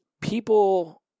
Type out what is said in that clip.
people